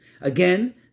Again